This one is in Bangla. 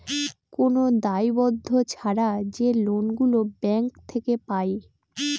কোন দায়বদ্ধ ছাড়া যে লোন গুলো ব্যাঙ্ক থেকে পায়